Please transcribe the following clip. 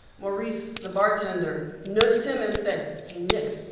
maurice, the bartender, nudged him and said, hey, nick.